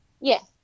Yes